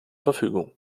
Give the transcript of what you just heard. verfügung